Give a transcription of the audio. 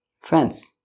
Friends